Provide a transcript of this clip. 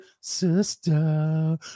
sister